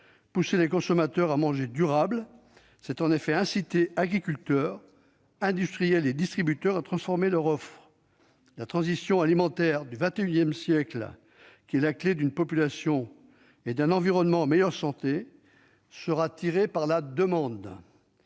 Pousser les consommateurs à manger durable, c'est en effet inciter agriculteurs, industriels et distributeurs à transformer leur offre. La transition alimentaire du XXI siècle, qui est la clé d'une population et d'un environnement en meilleure santé, sera tirée par la demande.